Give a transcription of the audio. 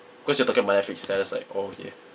cause you were talking about nNtflix so I just like oh okay